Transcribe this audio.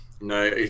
No